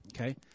Okay